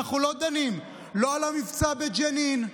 אנחנו לא דנים לא על המבצע בג'נין,